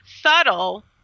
subtle